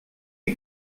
dir